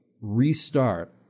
restart